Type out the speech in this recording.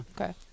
okay